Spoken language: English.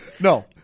No